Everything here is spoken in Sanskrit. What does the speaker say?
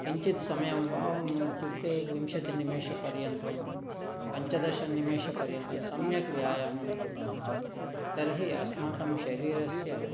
किञ्चित् समयं वा इत्युक्ते विंशतिनिमेषपर्यन्तं पञ्चदशनिमेषपर्यन्तं सम्यक् व्यायामं कुर्मः तर्हि अस्माकं शरीरस्य